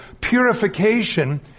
purification